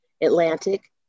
Atlantic